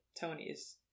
Tony's